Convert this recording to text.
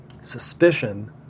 suspicion